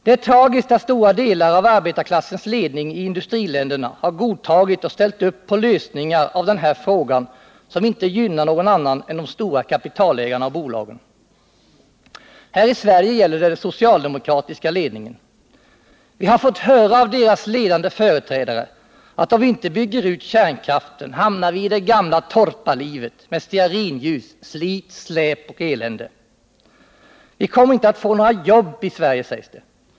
Det är tragiskt att stora delar av arbetarklassens ledning i industriländerna har godtagit och ställt upp på lösningar av den här frågan som inte gynnar någon annan än de stora kapitalägarna och bolagen. Här i Sverige gäller det den socialdemokratiska ledningen. Vi har fått höra av deras ledande företrädare att om vi inte bygger ut kärnkraften hamnar vi i det gamla torparlivet, med stearinljus, slit, släp och elände. Vi kommer inte att få några jobb i Sverige, sägs det.